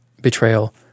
betrayal